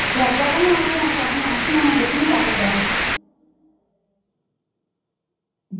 সব রকমই আইটেম আছে আপনি আসুন আমার দোকানে তারপর দেখাচ্ছি